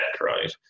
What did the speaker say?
right